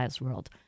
world